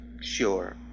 Sure